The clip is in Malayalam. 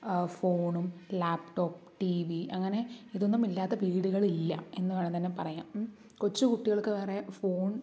ഫോണും ലാപ്ടോപ്പ് ടി വി അങ്ങനെ ഇതൊന്നുമില്ലാത്ത വീടുകൾ ഇല്ല എന്നു വേണം തന്നെ പറയാം ഉം കൊച്ചുകുട്ടികൾക്ക് വരെ ഫോൺ